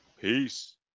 peace